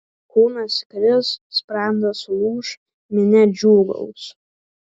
kūnas kris sprandas lūš minia džiūgaus